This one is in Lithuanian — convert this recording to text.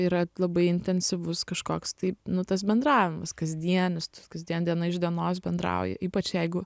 yra labai intensyvus kažkoks tai nu tas bendravimas kasdienis kasdien diena iš dienos bendrauji ypač jeigu